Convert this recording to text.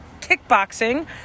kickboxing